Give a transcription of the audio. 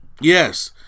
Yes